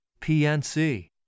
PNC